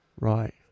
Right